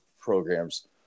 programs